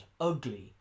ugly